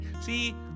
See